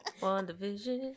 WandaVision